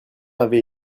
avait